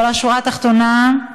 אבל השורה התחתונה היא